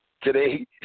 today